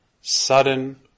sudden